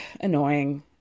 annoying